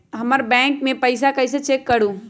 हमर बैंक में पईसा कईसे चेक करु?